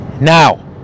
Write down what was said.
Now